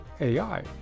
AI